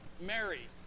Mary